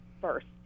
first